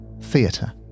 theatre